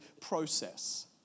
process